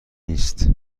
نیست